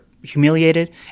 humiliated